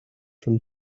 from